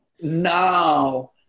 now